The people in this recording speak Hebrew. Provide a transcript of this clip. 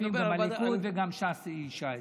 הליכוד וגם ש"ס איישו אותה.